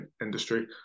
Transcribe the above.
industry